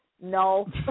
No